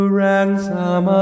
ransom